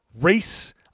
race